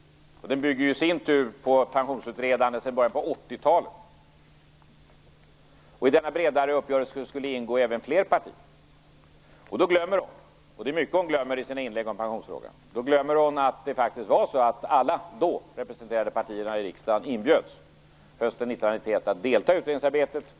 Den i sin tur bygger på pensionsutredande sedan början på 80 talet. I denna bredare uppgörelse skulle ingå även fler partier. Då glömmer hon - och det är mycket hon glömmer i sina inlägg om pensionsfrågan - att alla i riksdagen då representerade partier hösten 1991 inbjöds att delta i utredningsarbetet.